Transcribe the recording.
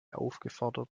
aufgefordert